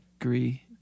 agree